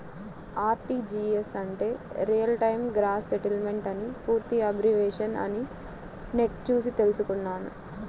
RTGS అంటే real time gross settlement అని పూర్తి అబ్రివేషన్ అని నెట్ చూసి తెల్సుకున్నాను